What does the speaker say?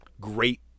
great